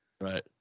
Right